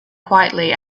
quietly